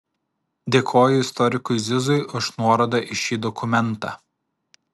dėkoju istorikui zizui už nuorodą į šį dokumentą